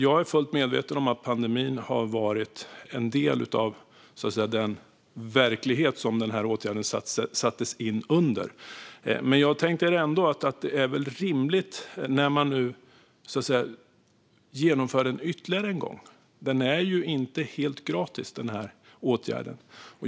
Jag är fullt medveten om att pandemin var en del av den verklighet som denna åtgärd sattes in under. Men en utvärdering är ändå rimlig när man åter genomför en åtgärd som inte är helt gratis.